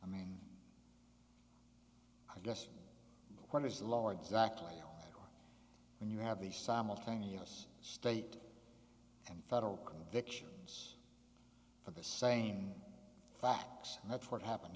i mean i guess one is lower exactly when you have these simultaneous state and federal convictions for the same facts that's what happened